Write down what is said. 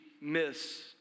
miss